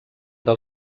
del